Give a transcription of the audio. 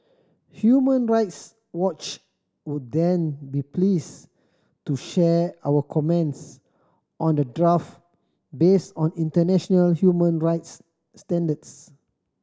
Human Rights Watch would then be pleased to share our comments on the draft based on international human rights standards